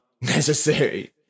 necessary